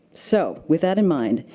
so, with that in mind,